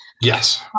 yes